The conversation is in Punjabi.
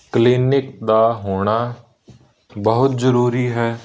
ਕਲੀਨਿਕ ਦਾ ਹੋਣਾ ਬਹੁਤ ਜ਼ਰੂਰੀ ਹੈ